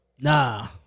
Nah